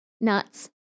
nuts